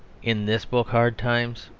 in this book, hard times,